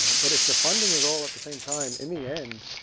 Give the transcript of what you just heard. but if the funding is all at the same time, in the end,